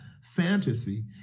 fantasy